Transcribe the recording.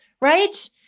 Right